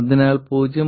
അതിനാൽ 0